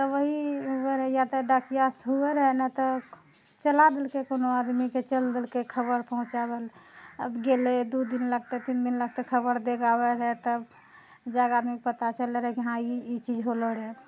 ओहि या तऽ डाकियासँ हुए रहै नहि तऽ चला देलकै कोनो आदमीके चलि देलकै खबर पहुँचाबऽ लए आब गेलै दू दिन लगतै तीन दिन लगतै खबर दए कऽ आबै रहै तब जाए कऽ आदमी कऽ पता चललो रहै हाँ ई चीज होलो रहै